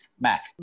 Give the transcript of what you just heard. Mac